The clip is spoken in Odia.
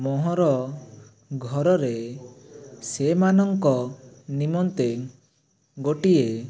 ମୋହର ଘରରେ ସେମାନଙ୍କ ନିମନ୍ତେ ଗୋଟିଏ